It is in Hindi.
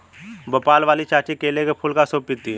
भोपाल वाली चाची केले के फूल का सूप पीती हैं